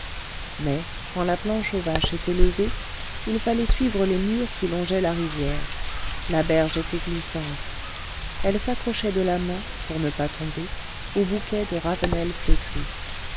mais quand la planche aux vaches était levée il fallait suivre les murs qui longeaient la rivière la berge était glissante elle s'accrochait de la main pour ne pas tomber aux bouquets de ravenelles flétries